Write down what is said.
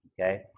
Okay